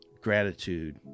gratitude